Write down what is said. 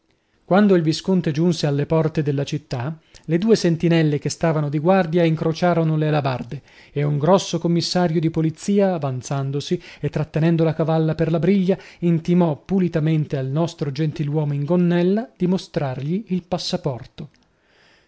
quando il visconte giunse alla porte della città le due sentinelle che stavano di guardia incrociarono le alabarde e un grosso commissario di polizia avvanzandosi e trattenendo la cavalla per la briglia intimò pulitamente al nostro gentiluomo in gonnella di mostrargli il passaporto